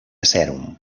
sèrum